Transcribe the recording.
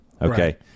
Okay